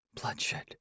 bloodshed